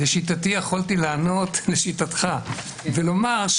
לשיטתי יכולתי לענות לשיטתך ולומר,